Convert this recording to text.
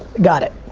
got it.